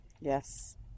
Yes